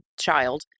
child